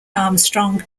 armstrong